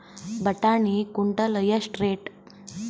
ಬಟಾಣಿ ಕುಂಟಲ ಎಷ್ಟು ರೇಟ್?